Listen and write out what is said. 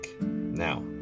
now